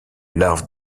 larves